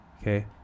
okay